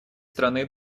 страны